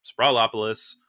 sprawlopolis